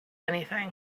anything